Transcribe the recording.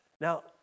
Now